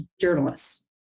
journalists